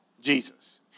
Jesus